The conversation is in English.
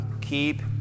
keep